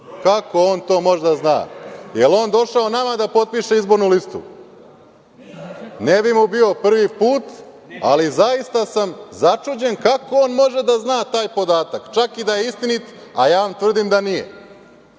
Kako on to može da zna? Da li je on došao nama da potpiše izbornu listu? Ne bi mu bio prvi put, ali zaista sam začuđen kako on može da zna taj podatak, čak i da je istinit, a ja vam tvrdim da nije. On